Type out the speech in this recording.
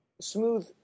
smooth